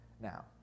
now